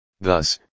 Thus